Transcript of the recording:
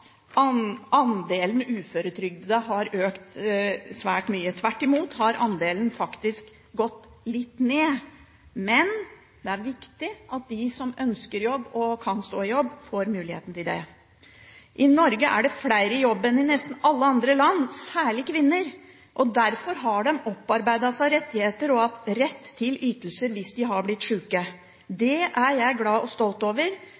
andelen uføretrygdede har økt svært mye. Tvert imot har andelen faktisk gått litt ned, men det er viktig at de som ønsker jobb og kan stå i jobb, får muligheten til det. I Norge er det flere i jobb enn i nesten alle andre land, særlig kvinner. Derfor har de opparbeidet seg rettigheter og rett til ytelser hvis de har blitt syke. Det er jeg glad for og stolt over.